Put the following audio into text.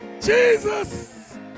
Jesus